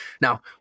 Now